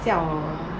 siao ah